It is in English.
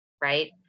Right